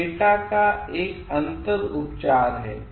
यह डेटा का एक अंतर उपचार है